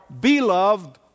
beloved